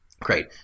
Great